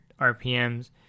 rpms